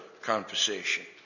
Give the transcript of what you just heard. conversation